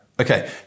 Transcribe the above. Okay